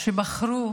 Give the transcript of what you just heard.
שבחרו